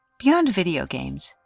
beyond video games,